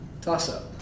Toss-up